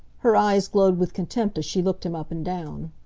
her eyes glowed with contempt as she looked him up and down.